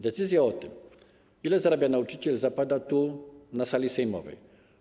Decyzja o tym, ile zarabia nauczyciel, zapada tu, na sali sejmowej.